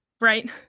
Right